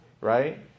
Right